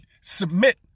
submit